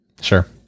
Sure